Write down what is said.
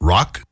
Rock